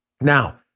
Now